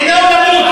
דינו למות,